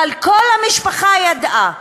אבל כל המשפחה ידעה.